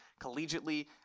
collegiately